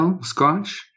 scotch